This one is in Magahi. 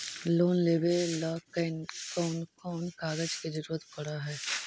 लोन लेबे ल कैन कौन कागज के जरुरत पड़ है?